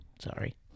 Sorry